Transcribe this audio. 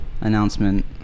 announcement